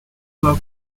clog